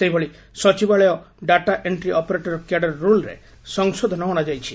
ସେହିଭଳି ସଚିବାଳୟ data entry operator cadre ରୁଲ୍ରେ ସଂଶୋଧନ ଅଣାଯାଇଛି